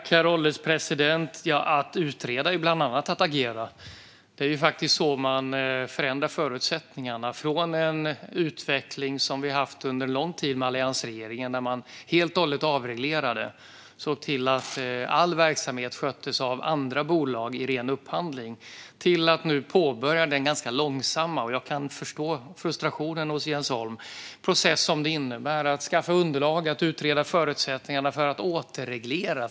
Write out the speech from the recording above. Herr ålderspresident! Att agera är bland annat att utreda. Det är så man förändrar förutsättningarna från att ha haft en utveckling under lång tid med alliansregeringen när man helt och hållet avreglerade så att all verksamhet sköttes av andra bolag i ren upphandling till att nu påbörja den ganska långsamma process - jag kan förstå frustrationen hos Jens Holm - som det innebär att skaffa underlag och utreda förutsättningarna för att återreglera.